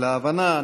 על ההבנה,